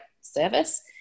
service